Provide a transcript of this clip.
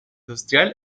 industrial